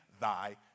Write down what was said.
thy